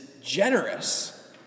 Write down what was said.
generous